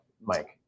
Mike